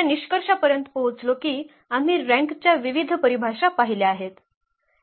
या निष्कर्षापर्यंत पोहोचलो की आम्ही रँक च्या विविध परिभाषा पाहिल्या आहेत